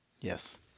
yes